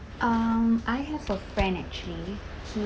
um I have a friend actually he